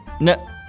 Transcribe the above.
No